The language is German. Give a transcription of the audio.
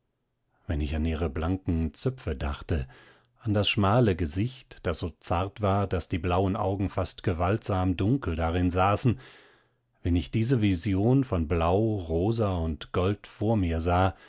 wenn ich an ihre blanken zöpfe dachte an das schmale gesicht das so zart war daß die blauen augen fast gewaltsam dunkel darin saßen wenn ich diese vision von blau rosa und gold vor mir sah